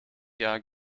jahr